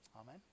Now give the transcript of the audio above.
Amen